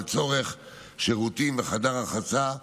לצורך שירותים וחדר רחצה.